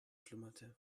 schlummerte